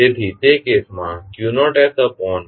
તેથી તે કેસમાં